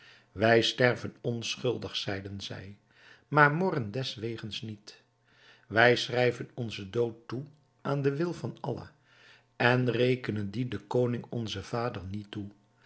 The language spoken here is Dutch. wij sterven onschuldig zeiden zij maar morren deswegens niet wij schrijven onzen dood toe aan den wil van allah en rekenen dien den koning onzen vader niet toe